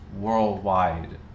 worldwide